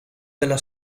della